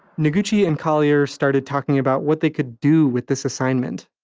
noguchi and collier started talking about what they could do with this assignment,